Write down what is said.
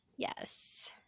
Yes